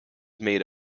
made